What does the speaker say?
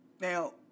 Now